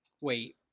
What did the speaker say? wait